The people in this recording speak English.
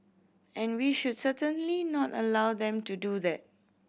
and we should certainly not allow them to do that